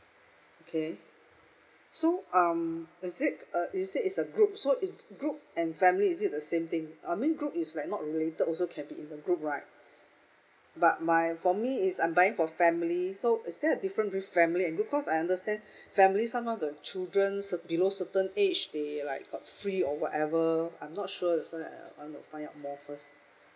okay so um is it uh is it is a group so is group and family is it the same thing I mean group is like not related also can be in a group right but my for me is I'm buying for family so is there a different with family and group because I understand family somehow the children cer~ below certain age they like got free or whatever I'm not sure so I want to find out more first